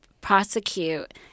prosecute